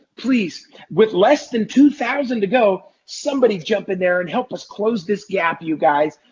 please with less than two thousand to go, somebody jump in there and help us close this gap you guys.